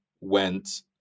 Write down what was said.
went